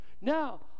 Now